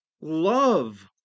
love